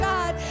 God